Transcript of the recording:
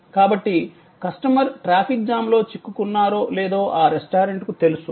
కాబట్టి customer traffic జామ్లో చిక్కుకున్నారో లేదో ఆ రెస్టారెంట్కు తెలుసు